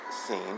scene